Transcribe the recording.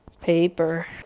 paper